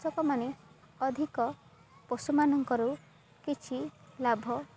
କୃଷକମାନେ ଅଧିକ ପଶୁମାନଙ୍କରୁ କିଛି ଲାଭ